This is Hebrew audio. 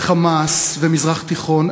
ו"חמאס" ומזרח תיכון,